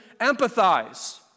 empathize